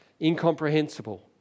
incomprehensible